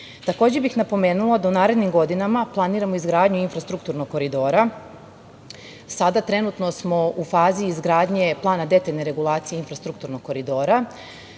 bih napomenula da u narednim godinama planiramo izgradnju infrastrukturnog koridora. Sada smo trenutno u fazi izgradnje plana detaljne regulacije infrastrukturnog koridora.